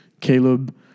Caleb